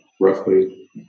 roughly